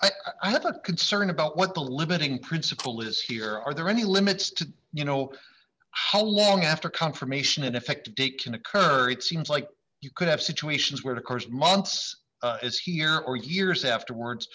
a concern about what the limiting principle is here are there any limits to you know how long after confirmation an effective date can occur it seems like you could have situations where the course months is here or years afterwards